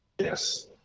Yes